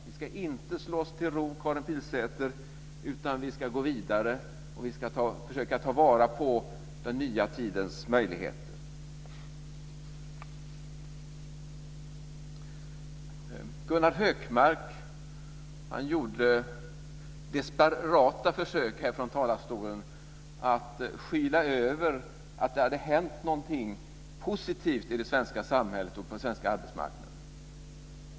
Vi ska inte slå oss till ro, Karin Pilsäter, utan vi ska gå vidare och försöka ta vara på den nya tidens möjligheter. Gunnar Hökmark gjorde från talarstolen desperata försök att skyla över att det hade hänt någonting positivt i det svenska samhället och på den svenska arbetsmarknaden.